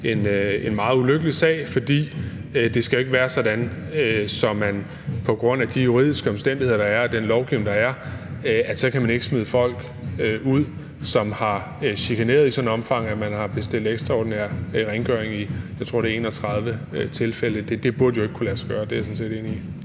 en meget ulykkelig sag, for det skal jo ikke være sådan, at man på grund af de juridiske omstændigheder, der er, og den lovgivning, der er, ikke kan smide folk ud, som har chikaneret i et sådant omfang, at der er bestilt ekstraordinær rengøring i, jeg tror det er 31 tilfælde. Det burde jo ikke kunne lade sig gøre. Det er jeg sådan set enig i.